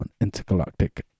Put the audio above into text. Intergalactic